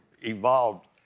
evolved